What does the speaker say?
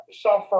suffer